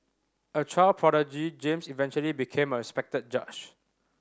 a child prodigy James eventually became a respected judge